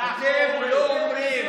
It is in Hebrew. אתם לא אומרים.